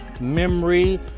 memory